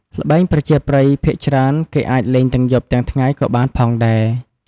ល្បែងប្រជាប្រិយភាគច្រើន គេអាចលេងទាំងយប់ទាំងថ្ងៃក៏បានផងដែរ។